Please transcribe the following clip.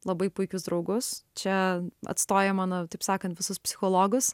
labai puikius draugus čia atstoja mano taip sakant visus psichologus